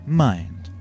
mind